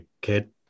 kid